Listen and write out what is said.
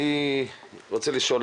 אני רוצה לשאול,